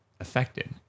affected